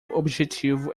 objetivo